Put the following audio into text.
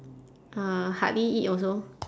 uh hardly eat also